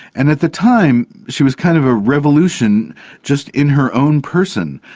and at the time she was kind of a revolution just in her own person.